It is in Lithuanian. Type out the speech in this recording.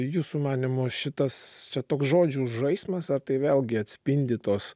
jūsų manymu šitas čia toks žodžių žaismas ar tai vėlgi atspindi tos